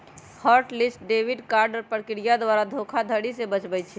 hot list debit card प्रक्रिया द्वारा धोखाधड़ी से बचबइ छै